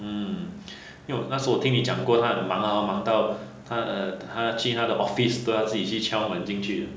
hmm 因为我那时候我听你讲过她很忙 hor 忙到她 err 她去她的 office 都要自己去敲门进去的